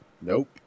nope